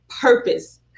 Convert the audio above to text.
purpose